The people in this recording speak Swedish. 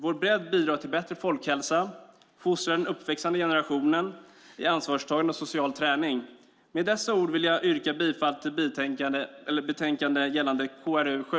Vår bredd bidrar till bättre folkhälsa och fostrar den uppväxande generationen i ansvarstagande och social träning. Med dessa ord vill jag yrka bifall till utskottets förslag i betänkandet KrU7.